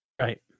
right